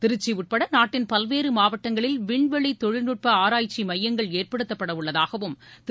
திருச்சி உட்பட நாட்டின் பல்வேறு மாவட்டங்களில் விண்வெளி தொழில்நுட்ப ஆராய்ச்சி மையங்கள் ஏற்படுத்தப்படவுள்ளதாகவும் திரு